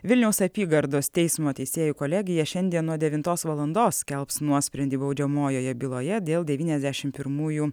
vilniaus apygardos teismo teisėjų kolegija šiandien nuo devintos valandos skelbs nuosprendį baudžiamojoje byloje dėl devyniasdešim pirmųjų